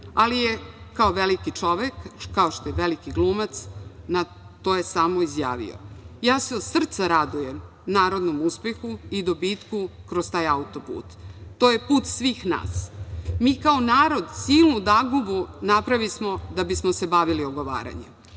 Veliki? Kao veliki čovek, kao što je veliki glumac, na to je samo izjavio: „Od srca se radujem narodnom uspehu i dobitku kroz taj autoput. To je put svih nas. Mi kao narod silnu dangubu napravismo da bismo se bavili ogovaranjem“.Da